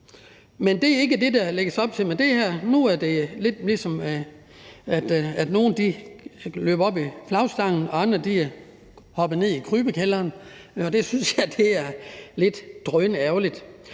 Men det er ikke det, der lægges op til med det her. Nu er det lidt, ligesom om nogle løber op i flagstangen og andre hopper ned i krybekælderen, og det synes jeg er drønærgerligt.